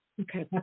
Okay